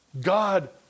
God